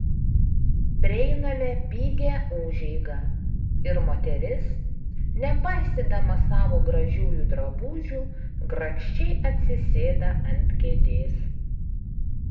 prieiname pigią užeigą ir moteris nepaisydama savo gražiųjų drabužių grakščiai atsisėda ant kėdės